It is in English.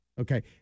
Okay